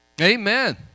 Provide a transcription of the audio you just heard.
Amen